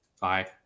Bye